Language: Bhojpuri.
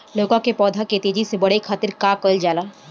लउका के पौधा के तेजी से बढ़े खातीर का कइल जाला?